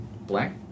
black